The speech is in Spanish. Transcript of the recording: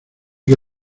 que